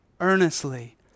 earnestly